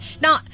Now